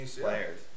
players